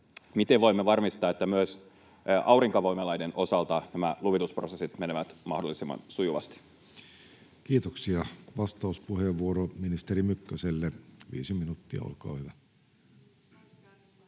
miten voimme varmistaa, että myös aurinkovoimaloiden osalta nämä luvitusprosessit menevät mahdollisimman sujuvasti? Kiitoksia. — Vastauspuheenvuoro ministeri Mykkäselle, viisi minuuttia, olkaa hyvä.